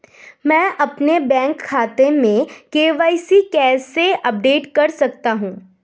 मैं अपने बैंक खाते में के.वाई.सी कैसे अपडेट कर सकता हूँ?